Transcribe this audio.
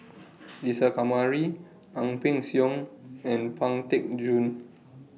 Isa Kamari Ang Peng Siong and Pang Teck Joon